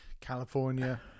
california